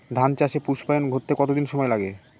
ধান চাষে পুস্পায়ন ঘটতে কতো দিন সময় লাগে?